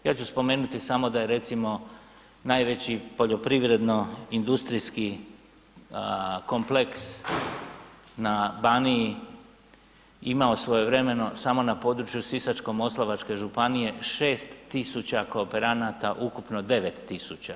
Ja ću spomenuti samo da je recimo, najveći poljoprivredno-industrijski kompleks na Baniji imao svojevremeno, samo na području Sisačko-moslavačke županije 6 tisuća kooperanata, ukupno 9 tisuća.